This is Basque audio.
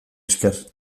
esker